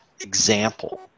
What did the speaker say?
example